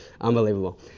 Unbelievable